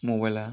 मबाइला